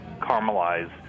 caramelize